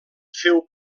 feu